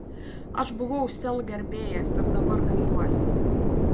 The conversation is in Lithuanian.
aš buvau sel gerbėjas ir dabar gailiuosi